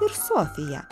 ir sofiją